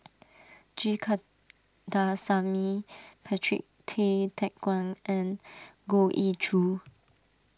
G Kandasamy Patrick Tay Teck Guan and Goh Ee Choo